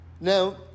Now